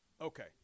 Okay